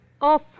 Off